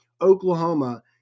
oklahoma